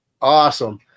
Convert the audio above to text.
Awesome